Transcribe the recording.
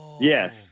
Yes